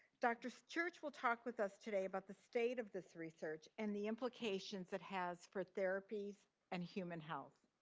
dr. so church will talk with us today about the state of this research and the implications that has for therapies and human health.